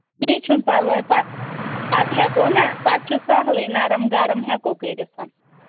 کیٚنٛہہ چھُنہٕ پَرواے پَتہٕ پَتہٕ ہیٚکو نا پَتہٕ چھُ سَہلٕے نَرٕم گرٕم ہیٚکَو کٔرِتھ